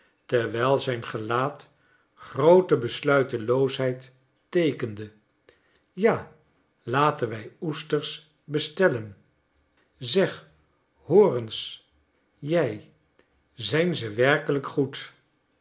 terwijl zijn gelaat groote besluiteloosheid teekende ja laten wij oesters bestellen zeg hoor eens jij zijn ze werkelijk goed